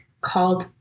called